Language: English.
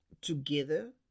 together